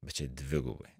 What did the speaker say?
bet čia dvigubai